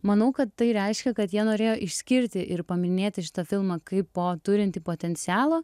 manau kad tai reiškia kad jie norėjo išskirti ir paminėti šitą filmą kaipo turintį potencialo